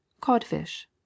CODFISH